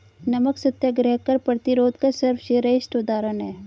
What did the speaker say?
नमक सत्याग्रह कर प्रतिरोध का सर्वश्रेष्ठ उदाहरण है